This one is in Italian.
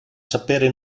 sapere